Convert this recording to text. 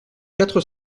quatre